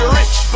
rich